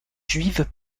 juive